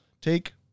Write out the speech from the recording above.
take